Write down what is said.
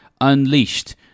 unleashed